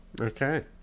okay